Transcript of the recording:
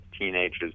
teenagers